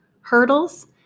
hurdles